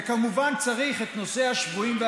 וכמובן צריך את נושא השבויים,